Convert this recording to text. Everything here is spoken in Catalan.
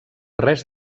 res